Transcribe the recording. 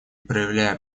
проявляя